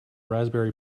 raspberry